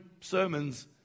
sermons